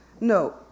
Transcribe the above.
no